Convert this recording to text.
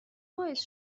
باعث